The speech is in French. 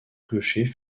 clocher